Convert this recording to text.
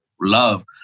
love